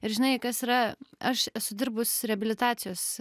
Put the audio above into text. ir žinai kas yra aš esu dirbus reabilitacijos